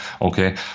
Okay